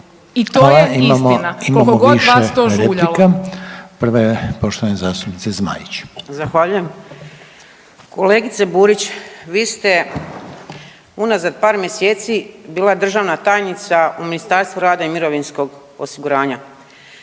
(HDZ)** Hvala, imamo više replika. Prva je poštovane zastupnice Zmaić. **Zmaić, Ankica (HDZ)** Zahvaljujem. Kolegice Burić, vi ste unazad par mjeseci bila državna tajnica u Ministarstvu rada i mirovinskog osiguranja,